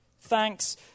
Thanks